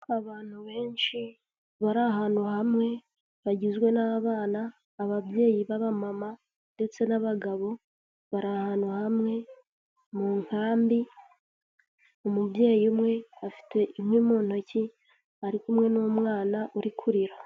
Abantu benshi, bari ahantu hamwe, bagizwe n'abana, ababyeyi b'abamama ndetse n'abagabo, bari ahantu hamwe mu nkambi, umubyeyi umwe afite inkwi mu ntoki, ari kumwe n'umwana uri kurira.